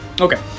Okay